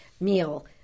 meal